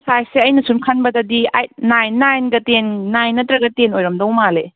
ꯁꯥꯏꯖꯁꯦ ꯑꯩꯅ ꯁꯨꯝ ꯈꯟꯕꯗꯗꯤ ꯑꯩꯠ ꯅꯥꯏꯟ ꯅꯥꯏꯟꯒ ꯇꯦꯟ ꯅꯥꯏꯟ ꯅꯠꯇ꯭ꯔꯒ ꯇꯦꯟ ꯑꯣꯏꯔꯝꯗꯧ ꯃꯥꯜꯂꯦ